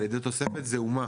על ידי תוספת זעומה